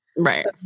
Right